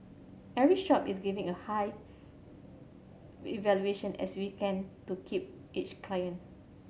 every shop is giving a high a valuation as we can to keep each client